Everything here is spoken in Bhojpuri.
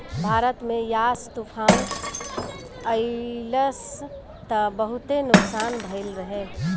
भारत में यास तूफ़ान अइलस त बहुते नुकसान भइल रहे